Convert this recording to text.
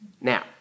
Now